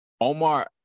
omar